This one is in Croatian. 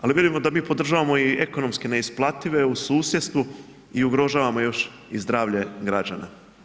Ali vidimo da mi podržavamo i ekonomski neisplative i u susjedstvu i ugrožavamo još i zdravlje građana.